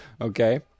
Okay